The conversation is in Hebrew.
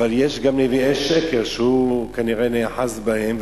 אבל יש גם נביאי שקר שכנראה הוא נאחז בהם,